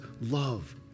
love